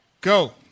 go